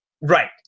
right